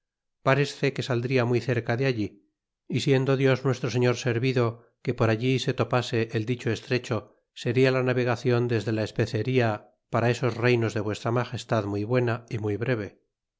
paresce que sal dria muy cerca de allí y siendo dios nuestro señor servitio que por allí se topase el dicho estrecho seria la navegacion desde la especeria para esos reynos de vuestra magestad muy buena y muy breve